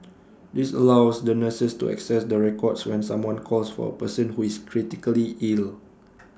this allows the nurses to access the records when someone calls for A person who is critically ill